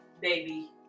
baby